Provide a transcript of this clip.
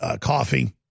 coffee